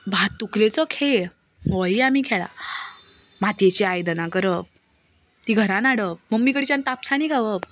भातुकलेचो खेळ होय आमी खेळ्ळा मातयेचीं आयदनां करप तीं घरांत हाडप मम्मी कडच्यान तापसाणी खावप